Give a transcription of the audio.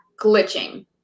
glitching